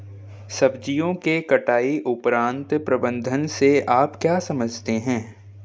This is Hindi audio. सब्जियों के कटाई उपरांत प्रबंधन से आप क्या समझते हैं?